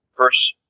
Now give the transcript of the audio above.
Verse